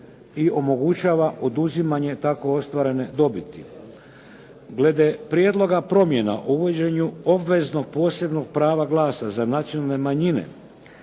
i omogućava oduzimanje tako ostvarene dobiti. Glede prijedloga promjena o uvođenju obveznog posebnog prava glasa za nacionalne manjine